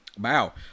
wow